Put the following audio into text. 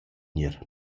gnir